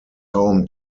home